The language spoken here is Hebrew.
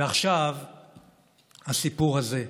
ועכשיו הסיפור הזה.